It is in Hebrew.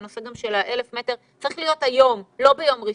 ה-1,000 מטרים צריך להיות היום, לא ביום ראשון.